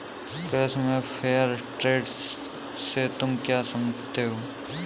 कृषि में fair trade से तुम क्या समझते हो?